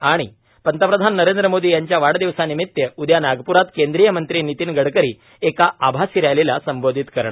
त पंतप्रधान नरेंद्र मोदी यांच्या वाढदिवसानिमित उद्या नागप्रात केंद्रीय मंत्री नितिन गडकरी एका आभासी रॅलीला संबोधित करणार